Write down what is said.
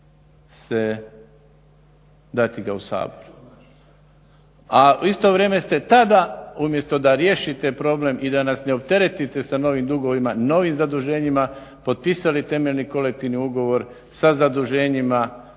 dati ga u Sabor. A u isto vrijeme ste tada umjesto da riješite problem i da nas ne opteretite sa novim dugovima, novim zaduženjima, potpisali temeljni kolektivni ugovor sa zaduženjima